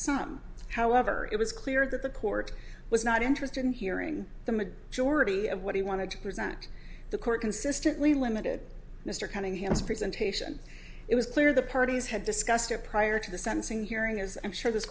some however it was clear that the court was not interested in hearing the majority of what he wanted to present the court consistently limited mr cunningham's presentation it was clear the parties had discussed her prior to the sentencing hearing there's i'm sure there's